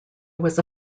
was